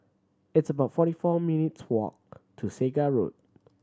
it's about forty four minutes' walk to Segar Road